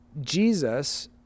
Jesus